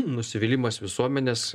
nusivylimas visuomenės